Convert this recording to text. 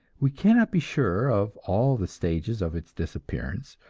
we cannot be sure of all the stages of its disappearance,